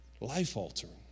life-altering